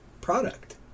product